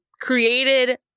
created